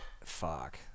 Fuck